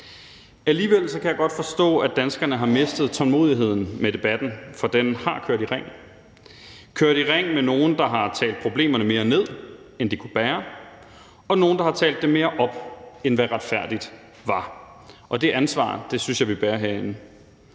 Alligevel kan jeg godt forstå, at danskerne har mistet tålmodigheden med debatten, for den har kørt i ring. Den har kørt i ring med nogle, der har talt problemerne mere ned, end de kunne bære, og nogle, der har talt dem mere op, end hvad retfærdigt var, og det ansvar synes jeg vi bærer herinde.